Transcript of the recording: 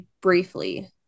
briefly